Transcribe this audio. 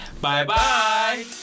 Bye-bye